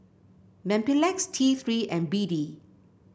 Mepilex T Three and B D